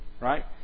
Right